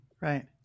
right